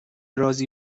رازی